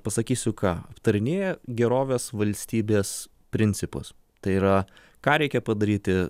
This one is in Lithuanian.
pasakysiu ką aptarinėja gerovės valstybės principus tai yra ką reikia padaryti